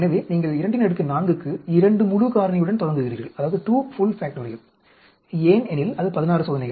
எனவே நீங்கள் 24 க்கு 2 முழு காரணியுடன் தொடங்குகிறீர்கள் ஏனெனில் அது 16 சோதனைகள்